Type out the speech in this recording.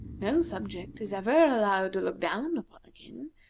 no subject is ever allowed to look down upon a king,